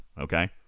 Okay